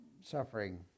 Suffering